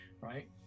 right